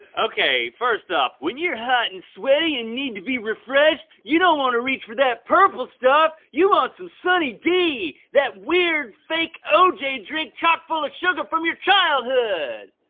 okay first up, when you're hot and sweaty and need to be refreshed, you don't wanna reach for that purple stuff, you want some sunny d, that weird, fake oj drink chock full of sugar from your childhood.